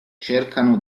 cercano